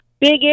big